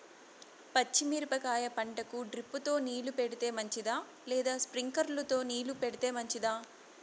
పచ్చి మిరపకాయ పంటకు డ్రిప్ తో నీళ్లు పెడితే మంచిదా లేదా స్ప్రింక్లర్లు తో నీళ్లు పెడితే మంచిదా?